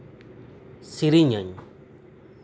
ᱥᱤᱨᱤᱧᱟᱹᱧ